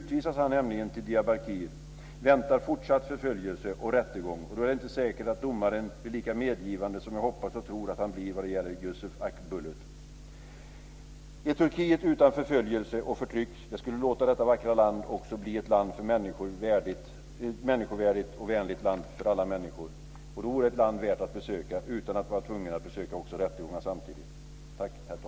Om han utvisas till Diyarbakir väntar nämligen fortsatt förföljelse och rättegång, och då är det inte säkert att domaren är lika medgivande som jag hoppas och tror att han blir vad gäller Yusuf Akbulut. Ett Turkiet utan förföljelse och förtryck skulle göra detta vackra land också till ett människovärdigt och vänligt land för alla människor. Det vore ett land värt att besöka utan att vara tvungen att samtidigt besöka rättegångar.